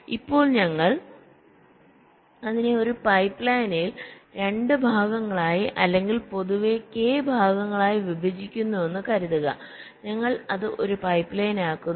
ഇപ്പോൾ ഞങ്ങൾ അതിനെ ഒരു പൈപ്പ്ലൈനിൽ 2 ഭാഗങ്ങളായി അല്ലെങ്കിൽ പൊതുവെ k ഭാഗങ്ങളായി വിഭജിക്കുന്നുവെന്ന് കരുതുക ഞങ്ങൾ അത് ഒരു പൈപ്പ്ലൈനാക്കുന്നു